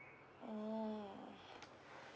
mm